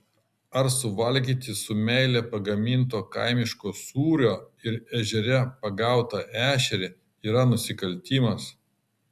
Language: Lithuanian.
ar suvalgyti su meile pagaminto kaimiško sūrio ir ežere pagautą ešerį yra nusikaltimas